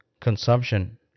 consumption